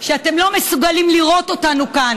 שאתם לא מסוגלים לראות אותנו כאן